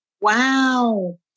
Wow